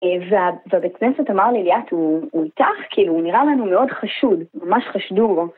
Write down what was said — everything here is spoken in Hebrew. ‫והבית כנסת אמר לי ליאת, ‫הוא איתך, כאילו? ‫הוא נראה לנו מאוד חשוד, ‫ממש חשדו בו.